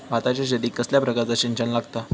भाताच्या शेतीक कसल्या प्रकारचा सिंचन लागता?